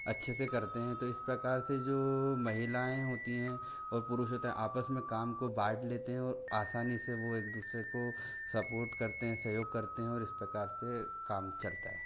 अच्छे से करते हैं तो इस प्रकार से जो महिलाएँ होती हैं और पुरुष होता हैं आपस में काम को बांट लेते हैं और आसानी से वो एक दूसरे को सपोर्ट करते हैं सहयोग करते हैं और इस प्रकार से काम चलता है